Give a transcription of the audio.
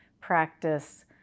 practice